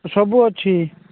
ସବୁ ଅଛି